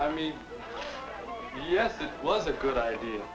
i mean yes it was a good idea